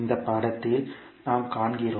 இந்த படத்தில் நாம் காண்கிறோம்